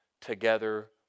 together